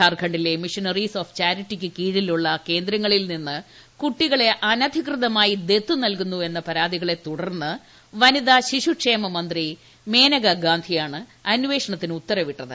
ജാർഖണ്ഡിലെ missionaries of ചാരിറ്റിക്ക് കീഴിലുള്ള കേന്ദ്രങ്ങളിൽ നിന്ന് കുട്ടികളെ അനധികൃതമായി ദത്തു നൽകുന്നുവെന്ന പരാതികളെ തുടർന്ന് വനിതാ ശിശുക്ഷേമ മന്ത്രി മേനകാഗാന്ധിയാണ് അന്വേഷണത്തിന് ഉത്തരവിട്ടത്